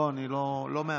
לא, אני לא מאפשר.